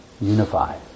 unify